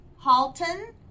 Halton